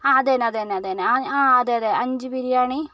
ആ അത് തന്നെ അത് തന്നെ അതെന്നെ ആ അതെ അതെ അഞ്ച് ബിരിയാണി